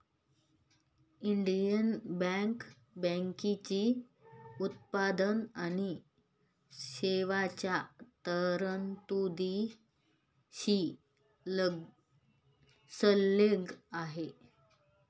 Indian bank बँकेची उत्पादन आणि सेवांच्या तरतुदींशी संलग्न आहे